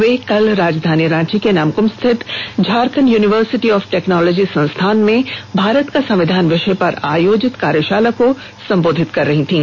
वे कल राजधानी रांची के नामकुम स्थित झारखण्ड यूनिवर्सिटी ऑफ टेक्नोलॉजी संस्थान में भारत का संविधान विषय पर आयोजित कार्यशाला को संबोधित कर रहीं थीं